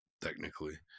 technically